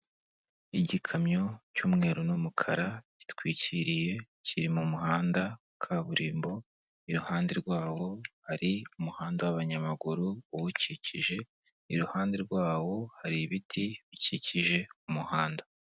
Igikamyo cy'umweru n'umukara gitwikiriye kiri mu muhanda wa kaburimbo, iruhande rwawo hari umuhanda w'abanyamaguru uwukikije, iruhande rwawo hari ibiti bikikije umuhanda.